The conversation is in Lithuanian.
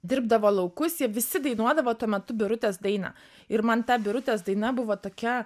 dirbdavo laukus jie visi dainuodavo tuo metu birutės dainą ir man ta birutės daina buvo tokia